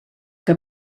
que